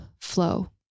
flow